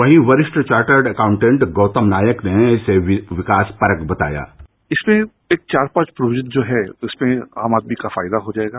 वहीं वरिष्ठ chartered accountant Gautam Nayak ने इसे विकास परक बताया इसमें एक चार पांच प्रोजेक्ट जो है उसमें आम आदमी का फायदा हो जायेगा